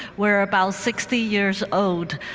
we're about sixty years old.